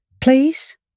Please